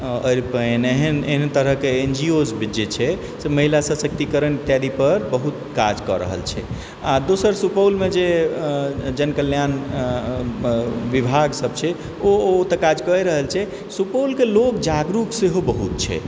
आओर अरिपन एहन एहन तरहके एनजीओज जे छै से महिला सशक्तिकरण इत्यादिपर बहुत काज कए रहल छै आओर दोसर सुपौलमे जे जनकल्याण विभाग सभ छै ओ ओ तऽ काज कए रहल छै सुपौलके लोक जागरुक सेहो बहुत छै